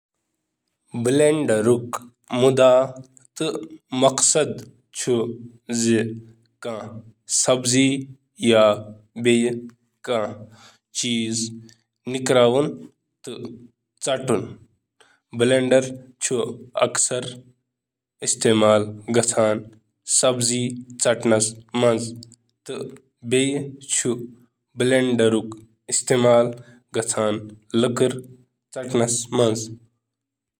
کافی بناوَن وٲلۍ سُنٛد مقصد چھُ کافی بناوُن۔ کافی بناون وٲلہِ چھِ کافی مٲدانو منٛزٕ گرم آب منتقل کرنہٕ خٲطرٕ کشش ثقل یا دباوُک استعمال کران۔